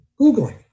googling